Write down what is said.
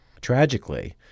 Tragically